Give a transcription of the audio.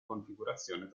configurazione